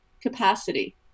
capacity